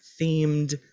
themed